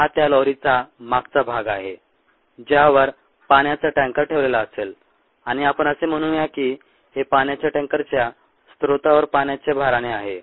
हा त्या लॉरीचा मागचा भाग आहे ज्यावर पाण्याचा टँकर ठेवलेला असेल आणि आपण असे म्हणूया की हे पाण्याच्या टँकरच्या स्त्रोतावर पाण्याच्या भाराने आहे